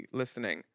listening